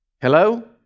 Hello